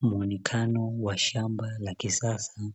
Muonekano wa shamba la kisasa,